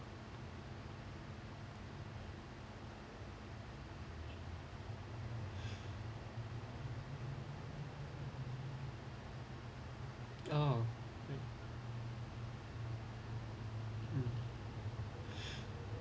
oh mm